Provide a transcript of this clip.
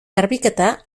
garbiketa